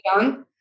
young